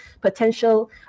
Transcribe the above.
potential